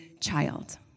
child